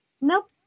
Nope